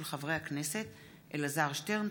של חברי הכנסת אלעזר שטרן,